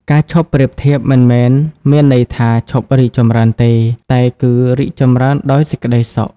ការឈប់ប្រៀបធៀបមិនមែនមានន័យថា "ឈប់រីកចម្រើន" ទេ តែគឺ "រីកចម្រើនដោយសេចក្តីសុខ"។